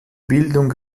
bildung